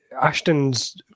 ashton's